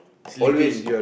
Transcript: sleeping